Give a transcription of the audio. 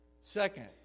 Second